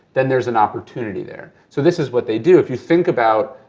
then there's an opportunity there. so this is what they do, if you think about,